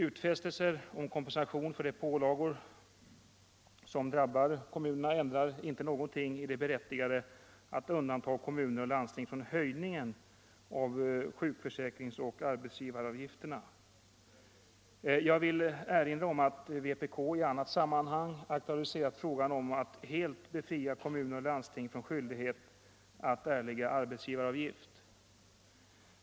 Utfästelser om kompensation för de pålagor som drabbar kommunerna ändrar ingenting av det berättigade i att undanta kommuner och landsting från höjningen av sjukförsäkringsoch arbetsgivaravgifterna. Jag vill erinra om att vpk i annat sammanhang har aktualiserat frågan om att helt befria kommuner och landsting från skyldighet att erlägga arbetsgivaravgift.